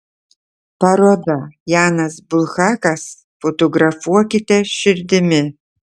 paroda janas bulhakas fotografuokite širdimi